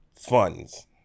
funds